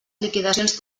liquidacions